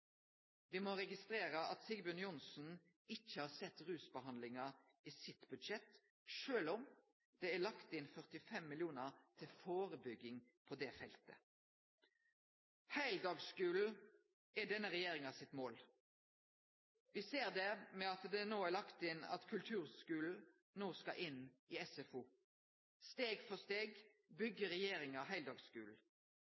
må registrere at Sigbjørn Johnsen ikkje har sett rusbehandlinga i sitt budsjett, sjølv om det er lagt inn 45 mill. kr til førebygging på det feltet. Heildagsskulen er denne regjeringa sitt mål. Me ser det ved at kulturskulen no skal inn i SFO. Steg for steg